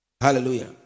Hallelujah